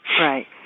Right